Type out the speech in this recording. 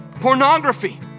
Pornography